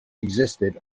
existed